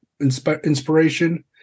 inspiration